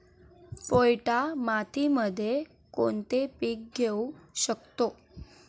पोयटा मातीमध्ये कोणते पीक घेऊ शकतो?